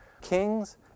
kings